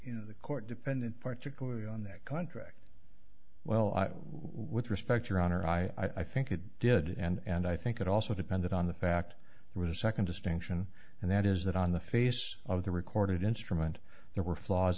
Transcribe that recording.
you know the court dependent particularly on that contract well i with respect your honor i think it did and i think it also depended on the fact there was a second distinction and that is that on the face of the recorded instrument there were flaws